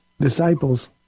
disciples